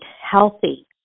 healthy